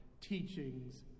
teachings